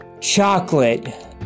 Chocolate